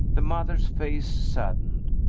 the mother's face saddened.